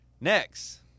Next